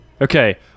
Okay